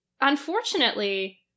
unfortunately